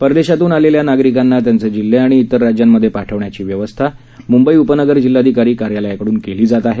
परदेशातून आलेल्या नागरिकांना त्यांचे जिल्हे आणि इतर राज्यांमधे पाठवण्याची व्यवस्था मुंबई उपनगर जिल्हाधिकारी कार्यालयाकडून केली जात आहे